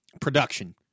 production